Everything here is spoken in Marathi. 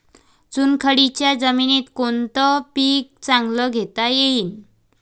चुनखडीच्या जमीनीत कोनतं पीक चांगलं घेता येईन?